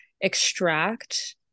extract